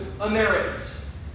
Americans